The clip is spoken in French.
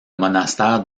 monastère